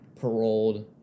paroled